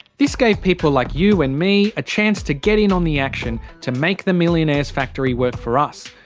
this gave people like you and me a chance to get in on the action, to make the millionaires factory work for us,